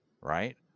right